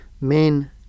Men